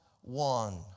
one